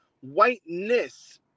whiteness